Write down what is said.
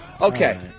Okay